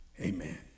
Amen